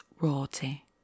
royalty